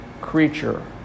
creature